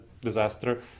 disaster